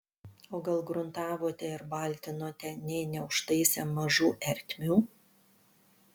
o gal gruntavote ir baltinote nė neužtaisę mažų ertmių